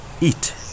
eat